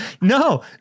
no